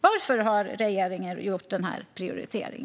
Varför har regeringen gjort denna prioritering?